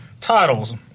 titles